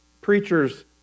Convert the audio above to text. preachers